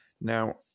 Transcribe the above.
Now